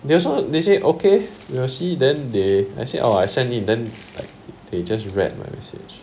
they also they say okay we'll see then they I say oh I send in then like they just read my message